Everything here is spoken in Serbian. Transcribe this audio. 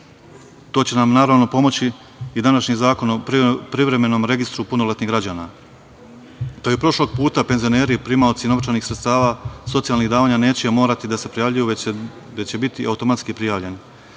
To će nam, naravno, pomoći i današnji Zakonom o privremenom registru punoletnih građana. Kao i prošlog puta penzioneri, primaoci novčanih sredstava socijalnih davanja neće morati da se prijavljuju, već će biti automatski prijavljeni.